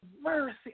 mercy